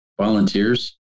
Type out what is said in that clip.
Volunteers